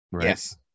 Yes